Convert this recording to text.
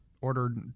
ordered